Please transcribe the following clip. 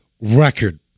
record